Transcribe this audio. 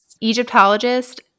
Egyptologist